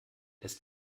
lässt